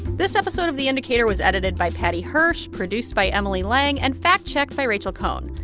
this episode of the indicator was edited by paddy hirsch, produced by emily lang and fact-checked by rachel cohn.